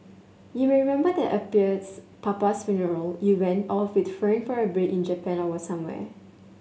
you may remember that papa's funeral you went off with Fern for a break in Japan or somewhere